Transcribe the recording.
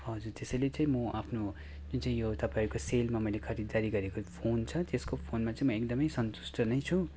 हजुर त्यसैले चाहिँ म आफ्नो जुन चाहिँ यो तपाईँको सेलमा मैले खरिदारी गरेको जुन चाहिँ फोन छ त्यसमा चाहिँ म एकदमै सन्तुष्ट नै छु